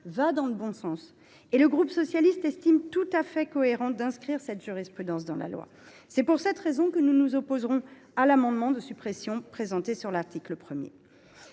va dans le bon sens et le groupe socialiste estime tout à fait cohérent d’inscrire cette jurisprudence dans la loi. C’est la raison pour laquelle nous nous opposerons à l’amendement de suppression de cet article.